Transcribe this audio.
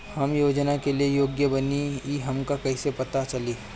हम योजनाओ के लिए योग्य बानी ई हमके कहाँसे पता चली?